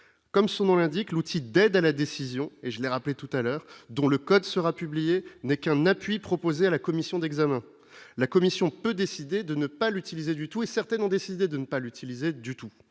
comme son nom l'indique, l'outil d'aide à la décision et je l'ai rappelé tout à l'heure, dont le code sera publié n'est qu'un appui proposé à la Commission d'examen, la Commission peut décider de ne pas l'utiliser du tout, et certaines ont décidé de ne pas l'utiliser du tout